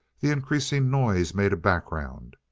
the increasing noise made a background.